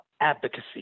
advocacy